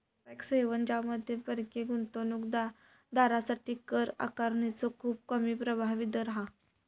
tax haven ज्यामध्ये परकीय गुंतवणूक दारांसाठी कर आकारणीचो खूप कमी प्रभावी दर हा